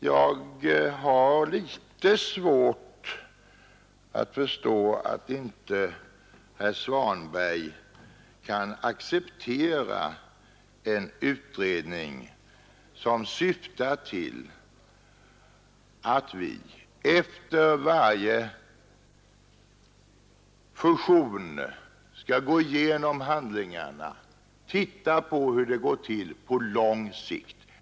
Jag kan inte riktigt förstå varför herr Svanberg inte kan acceptera en utredning som syftar till att vi efter varje fusion skall gå igenom handlingarna och titta på hur det går på lång sikt.